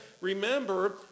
remember